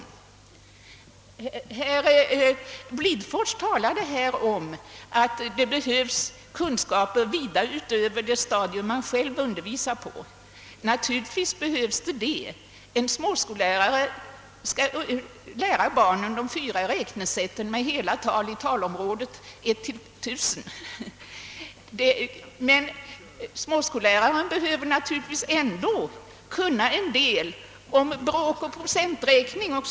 Herr Blidfors talade om att det behövs kunskaper vida utöver det stadium man själv undervisar på. Naturligtvis gör det det. En småskollärare skall lära barnen de fyra räknesätten med hela tal i talområdet 1—1 000 men behöver naturligtvis ändå kunna en del om bråkoch procenträkning o.s.